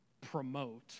promote